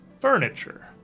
furniture